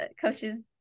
coaches